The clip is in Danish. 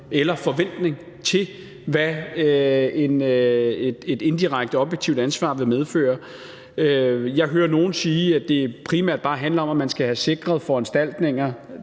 eller forventning til, hvad et indirekte objektivt ansvar vil medføre. Jeg hører nogle sige, at det primært bare handler om, at man skal have sikret foranstaltninger,